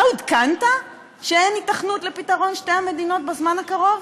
אתה עודכנת שאין היתכנות לפתרון שתי מדינות בזמן הקרוב?